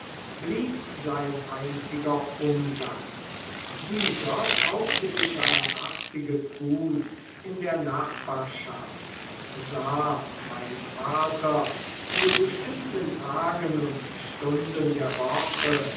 blieb sein einziger umgang dieser kaufte sich ein artiges gut in der nachbarschaft sah meinen vater zu bestimmten tagen und stunden der woche